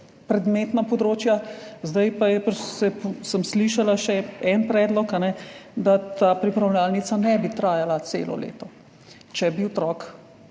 predmetna področja. Zdaj sem slišala še en predlog, da ta pripravljalnica ne bi trajala celo leto, če bi bil otrok